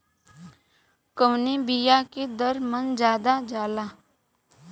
कवने बिया के दर मन ज्यादा जाला?